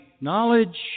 knowledge